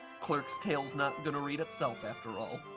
clerk's tale not gonna read itself after all!